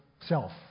self